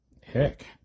heck